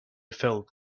felt